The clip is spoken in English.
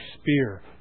spear